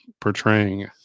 portraying